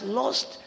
lost